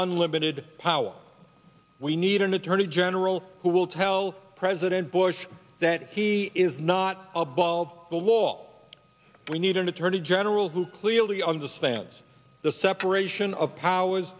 unlimited power we need an attorney general who will tell president bush that he is not a ball the wall we need an attorney general who clearly understands the separation of powers